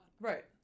Right